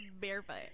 barefoot